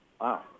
wow